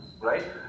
right